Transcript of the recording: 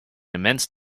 immense